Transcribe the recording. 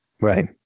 right